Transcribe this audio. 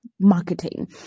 marketing